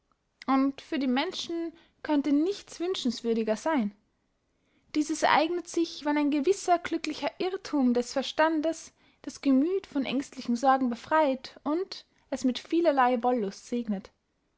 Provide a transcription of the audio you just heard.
und für die menschen könnte nichts wünschenswürdiger seyn dieses ereignet sich wenn ein gewisser glücklicher irrthum des verstandes das gemüth von ängstlichen sorgen befreyt und es mit vielerlei wollust segnet